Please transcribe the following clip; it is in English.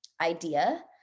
idea